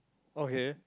okay